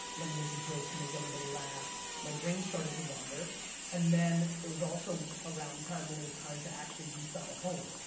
let me make a joke to make everybody laugh, my brain started to wander and then it was also around the time when it was time to actually do stuff at home,